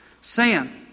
Sin